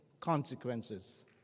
consequences